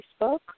Facebook